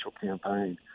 campaign